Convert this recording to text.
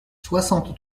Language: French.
soixante